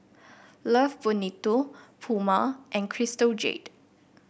Love Bonito Puma and Crystal Jade